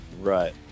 right